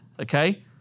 okay